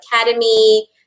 academy